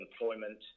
employment